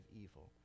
evil